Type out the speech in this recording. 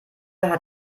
hat